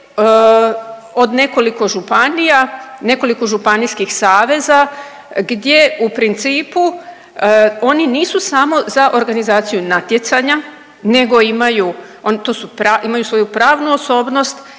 od nekoliko županija, nekoliko županijskih saveza gdje u principu oni nisu samo za organizaciju natjecanja nego imaju, oni,